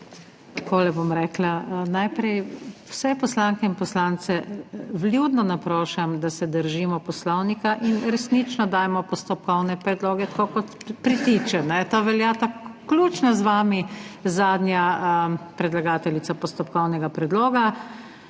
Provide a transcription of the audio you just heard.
Takole bom rekla. Najprej vse poslanke in poslance vljudno naprošam, da se držimo Poslovnika in resnično dajemo postopkovne predloge, tako kot pritiče, to velja vključno z vami, zadnja predlagateljica postopkovnega predloga.